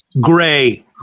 gray